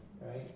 Right